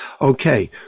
Okay